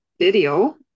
video